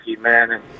man